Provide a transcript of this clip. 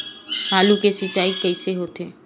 आलू के सिंचाई कइसे होथे?